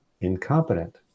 incompetent